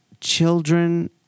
children